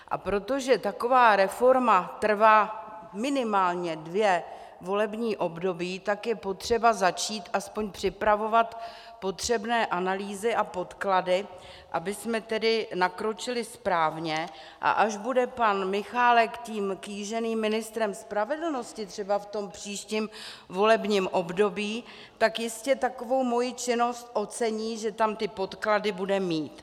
A protože taková reforma trvá minimálně dvě volební období, tak je potřeba začít aspoň připravovat potřebné analýzy a podklady, abychom nakročili správně, a až bude pan Michálek tím kýženým ministrem spravedlnosti třeba v tom příštím volebním období, tak jistě takovou moji činnost ocení, že tam ty podklady bude mít.